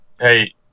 Hey